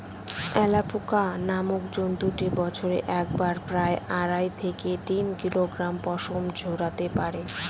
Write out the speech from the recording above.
alpaca নামক জন্তুটি বছরে একবারে প্রায় আড়াই থেকে তিন কিলোগ্রাম পশম ঝোরাতে পারে